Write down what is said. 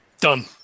Done